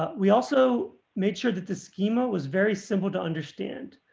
but we also made sure that the schema was very simple to understand.